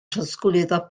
trosglwyddo